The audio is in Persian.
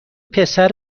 پسر